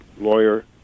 lawyer